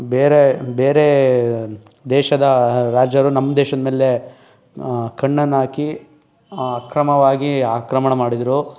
ಬೇರೆ ಬೇರೆ ದೇಶದ ರಾಜರು ನಮ್ಮ ದೇಶದ ಮೇಲೆ ಕಣ್ಣನ್ನಾಕಿ ಅಕ್ರಮವಾಗಿ ಆಕ್ರಮಣ ಮಾಡಿದ್ರು